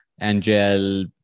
Angel